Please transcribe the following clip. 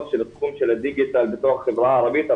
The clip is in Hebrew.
של התחום של הדיגיטל בתוך החברה הערבית.